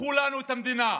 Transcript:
לקחו לנו את המדינה.